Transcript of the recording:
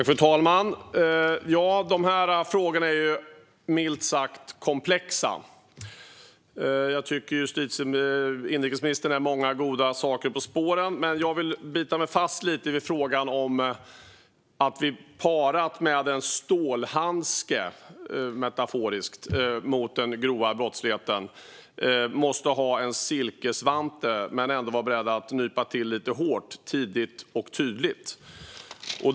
Fru talman! Dessa frågor är milt sagt komplexa. Jag tycker att inrikesministern är många goda saker på spåren, men jag vill bita mig fast lite vid frågan om att vi parat med en stålhandske, metaforiskt, mot den grova brottsligheten måste ha en silkesvante, men ändå vara beredda att tidigt och tydligt nypa till lite hårt.